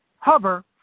hover